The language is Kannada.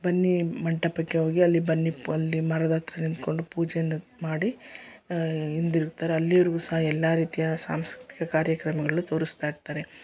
ಬನ್ನಿ ಮಂಟಪಕ್ಕೆ ಹೋಗಿ ಅಲ್ಲಿ ಬನ್ನಿ ಅಲ್ಲಿ ಮರದ ಹತ್ರ ನಿಂತುಕೊಂಡು ಪೂಜೆನೂ ಮಾಡಿ ಹಿಂದಿರುಗ್ತಾರೆ ಅಲ್ಲಿವರೆಗೂ ಸಹ ಎಲ್ಲ ರೀತಿಯ ಸಾಂಸ್ಕೃತಿಕ ಕಾರ್ಯಕ್ರಮಗಳನ್ನು ತೋರಿಸ್ತಾಯಿರ್ತಾರೆ